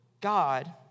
God